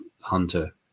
hunter